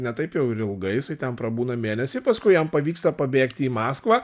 ne taip jau ir ilgai jisai ten prabūna mėnesį paskui jam pavyksta pabėgti į maskvą